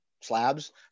slabs